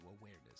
awareness